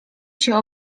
się